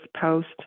post